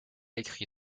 écrit